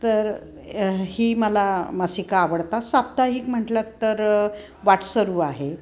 तर ही मला मासिकं आवडतात साप्ताहिक म्हटलंत तर वाटसरू आहे